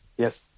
Yes